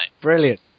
Brilliant